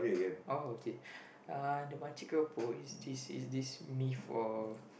oh okay the makcik keropok is this is this myth or